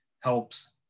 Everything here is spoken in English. helps